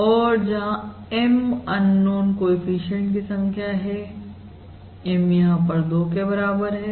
और जहां M unknown coefficient की संख्या है M यहां पर 2 के बराबर है